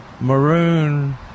maroon